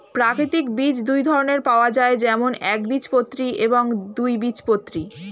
প্রাকৃতিক বীজ দুই ধরনের পাওয়া যায়, যেমন একবীজপত্রী এবং দুই বীজপত্রী